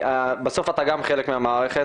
בסוף אתה גם חלק מהמערכת,